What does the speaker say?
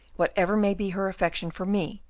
whatever may be her affection for me,